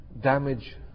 damage